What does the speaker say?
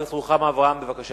חברת הכנסת רוחמה אברהם, בבקשה.